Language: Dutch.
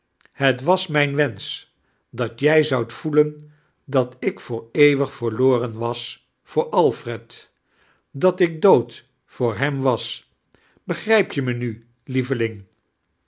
het was mijn wenisch dat jij zoudt voelen dat ik voor eeuwig verloren was voor alfred dat ik dood voor hem wasi begrijp je mij mi meveling